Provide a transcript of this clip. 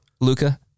Luca